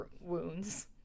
wounds